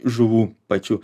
žuvų pačių